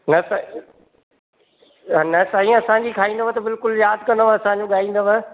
न साईं न साईं असांजी खाईंदव त बिल्कुलु यादि कंदव असांजो ॻाईंदव